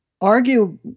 argue